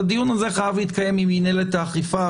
הדיון הזה חייב להתקיים עם מינהלת האכיפה,